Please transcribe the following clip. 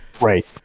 Right